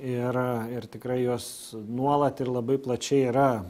ir ir tikrai jos nuolat ir labai plačiai yra